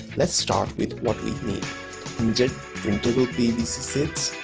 let's start with what we need inkjet printable pvc sheets,